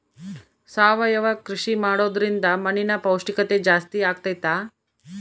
ಸಾವಯವ ಕೃಷಿ ಮಾಡೋದ್ರಿಂದ ಮಣ್ಣಿನ ಪೌಷ್ಠಿಕತೆ ಜಾಸ್ತಿ ಆಗ್ತೈತಾ?